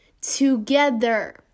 Together